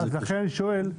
לכן אני שואל.